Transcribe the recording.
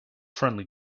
friendly